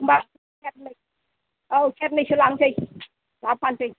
होनबा औ सेरनैसो लांनोसै लाबो फाननोसै